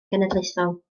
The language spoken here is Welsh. genedlaethol